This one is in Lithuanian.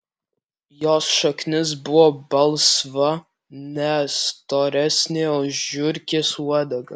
jos šaknis buvo balsva ne storesnė už žiurkės uodegą